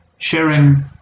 sharing